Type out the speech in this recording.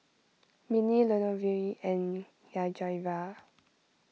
Minnie Lenore and Yajaira